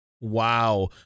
Wow